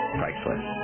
priceless